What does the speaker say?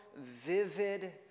vivid